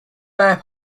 bear